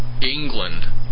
England